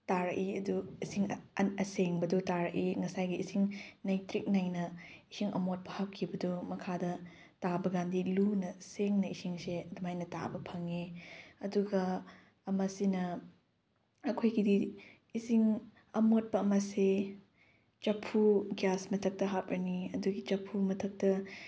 ꯇꯥꯔꯛꯏ ꯑꯗꯨ ꯏꯁꯤꯡ ꯑꯁꯦꯡꯕꯗꯨ ꯇꯥꯔꯛꯏ ꯉꯁꯥꯏꯒꯤ ꯏꯁꯤꯡ ꯅꯩꯇ꯭ꯔꯤꯛ ꯅꯩꯅ ꯏꯁꯤꯡ ꯑꯃꯣꯠꯄ ꯍꯥꯞꯈꯤꯕꯗꯨ ꯃꯈꯥꯗ ꯇꯥꯕꯀꯥꯟꯗꯤ ꯂꯨꯅ ꯁꯦꯡꯅ ꯏꯁꯤꯡꯁꯦ ꯑꯗꯨꯃꯥꯏꯅ ꯇꯥꯕ ꯐꯪꯉꯦ ꯑꯗꯨꯒ ꯑꯃꯁꯤꯅ ꯑꯩꯈꯣꯏꯒꯤꯗꯤ ꯏꯁꯤꯡ ꯑꯃꯣꯠꯄ ꯑꯃꯁꯤ ꯆꯐꯨ ꯒ꯭ꯌꯥꯁ ꯃꯊꯛꯇ ꯍꯥꯞꯄꯅꯤ ꯑꯗꯨꯒꯤ ꯆꯐꯨ ꯃꯊꯛꯇ